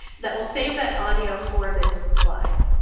that will save that audio for this slide.